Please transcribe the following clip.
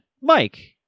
Mike